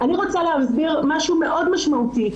אני רוצה להסביר משהו מאוד משמעותי.